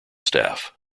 staff